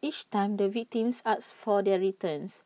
each time the victims asked for their returns